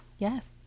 Yes